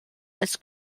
als